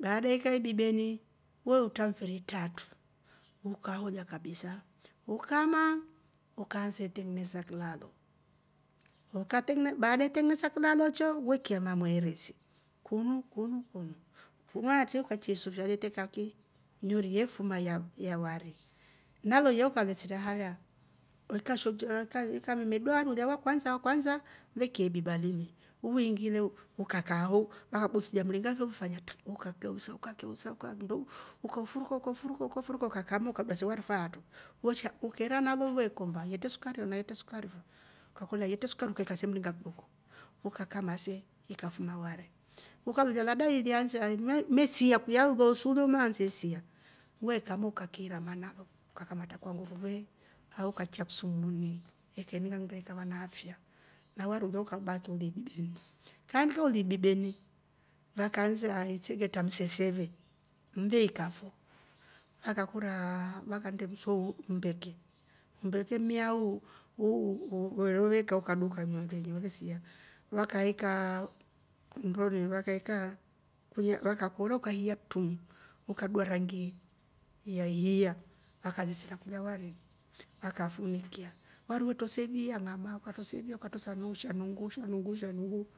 baada ikya ibibeni we utra mfiri itratu ukaholi kabisa ukamaa ukaansa iteng'enesa klalo baada teng'enesa klalo cho weki ya mamweresi kunu. kunu, kunu kunuatri ukaichya isufria letre kaki nduria ilifuma ya wari naleiya kalesira halya ukashemsha ukammedua handu ulya wakwansa wakwansa veikya ibiba limu uwiingi le ukakaaho waka besiria mringa ukageusa ukageusa ukanndo ukaufunga ukafuruka ukafuruka ukakama ukaba se wari faatrowesha ukeera nalu we komba yetre sukari ana yetre sukaroi fo kwakolya yetre sukari uakikya se mringa kidoko ukakama se ikafuma wari, ukalolya ladha iliansa imesia kulya nloosu ule umeansa isia wekama ukakiira mana ukakamatra kwa nguruve aau ukaichya kisuumuni eke nnda ikava na afya na wari ulya ukabaki uli ibibeni, kaindika uli ibibeni vakaansa sengetra mseseve veika fo akakuraa waknnde mswa umbeke, umbeke mmyaa u wowou we roveka ukaduuka nyoongeni we ve sia wakaekaa nndoni vakaekaa, vakakora ukahiya tungu ukadua rangi ya yahii ya vakaresila kulya varini vakafunikya wari we trosa iviya ng'ama ukatrosa ivia ukatrosa sha nunguu sha nuungu